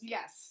Yes